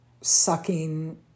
sucking